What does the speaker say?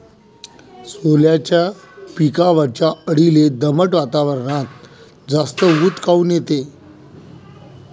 सोल्याच्या पिकावरच्या अळीले दमट वातावरनात जास्त ऊत काऊन येते?